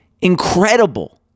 incredible